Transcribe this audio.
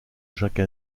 chaque